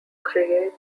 create